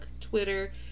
Twitter